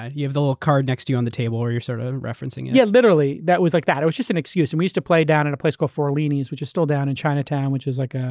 ah you have the whole card next to you on the table or you're sort of referencing it? yeah, literally. that was like that. it was just an excuse. and we used to play down at a place called forlini's, which is still down in chinatown, which is like